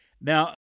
Now